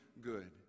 good